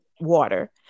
water